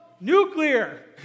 nuclear